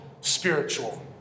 spiritual